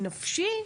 נפשי?